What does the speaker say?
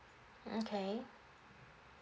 okay